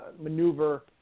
maneuver